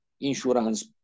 insurance